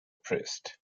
priest